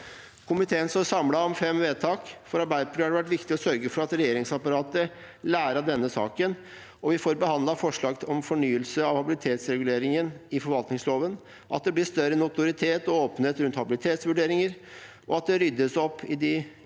Komiteen står samlet om fem vedtak. For Arbeiderpartiet har det vært viktig å sørge for at regjeringsapparatet lærer av denne saken, at vi får behandlet forslag om fornyelse av habilitetsreguleringen i forvaltningsloven, at det blir større notoritet og åpenhet rundt habilitets vurderinger, og at det ryddes opp i